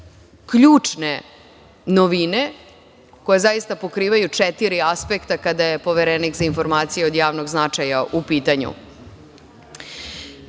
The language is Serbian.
ključne novine, koje zaista pokrivaju četiri aspekta kada je Poverenik za informacije od javnog značaja u pitanju.